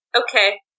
Okay